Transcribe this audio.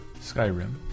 Skyrim